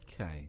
Okay